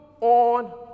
on